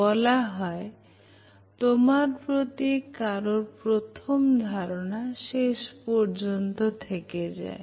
বলা হয় তোমার প্রতি কারুর প্রথম ধারণা শেষ পর্যন্ত থেকে যায়